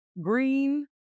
green